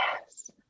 Yes